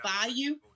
value